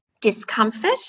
Discomfort